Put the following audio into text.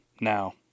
Now